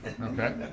okay